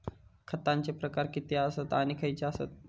खतांचे प्रकार किती आसत आणि खैचे आसत?